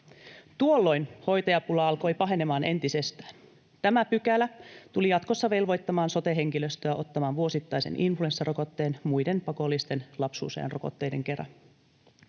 Tuolloin hoitajapula alkoi pahenemaan entisestään. Tämä pykälä tuli jatkossa velvoittamaan sote-henkilöstöä ottamaan vuosittaisen influenssarokotteen muiden pakollisten lapsuusajan rokotteiden kera.